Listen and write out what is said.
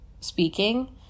speaking